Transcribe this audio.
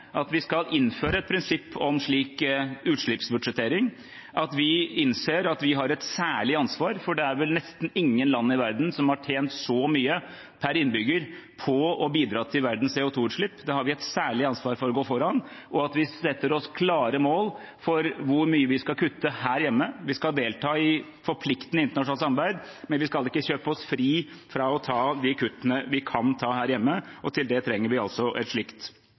at vi skal innføre et prinsipp om slik utslippsbudsjettering, og at vi innser at vi har et særlig ansvar, for det er vel nesten ingen land i verden som har tjent så mye per innbygger på å bidra til verdens CO 2 -utslipp. Da har vi et særlig ansvar for å gå foran og sette oss klare mål for hvor mye vi skal kutte her hjemme. Vi skal delta i forpliktende internasjonalt samarbeid, men vi skal ikke kjøpe oss fri fra å ta de kuttene vi kan ta her hjemme, og til det trenger vi altså et slikt